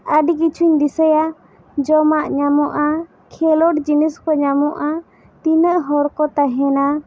ᱟᱹᱰᱤ ᱠᱤᱪᱷᱩᱧ ᱫᱤᱥᱟᱭᱟ ᱡᱚᱢᱟᱜ ᱧᱟᱢᱚᱜᱼᱟ ᱠᱷᱮᱞᱳᱰ ᱡᱤᱱᱤᱥ ᱠᱚ ᱧᱟᱢᱚᱜᱼᱟ ᱛᱤᱱᱟᱹᱜ ᱦᱚᱲ ᱠᱚ ᱛᱟᱦᱮᱱᱟ